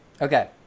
Okay